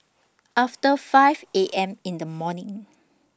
after five A M in The morning